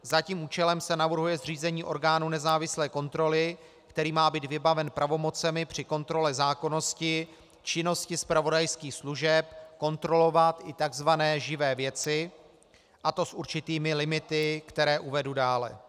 Za tím účelem se navrhuje zřízení orgánu nezávislé kontroly, který má být vybaven pravomocemi při kontrole zákonnosti činnosti zpravodajských služeb kontrolovat i tzv. živé věci, a to s určitými limity, které uvedu dále.